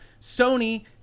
Sony